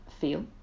feel